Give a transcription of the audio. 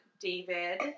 David